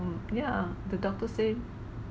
yeah the doctor say